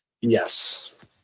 Yes